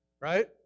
right